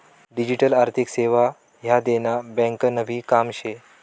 digital आर्थिक सेवा ह्या देना ब्यांकनभी काम शे